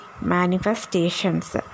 manifestations